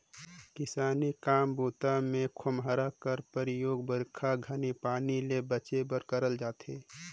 किसानी काम बूता मे खोम्हरा कर परियोग बरिखा घनी पानी ले बाचे बर करल जाथे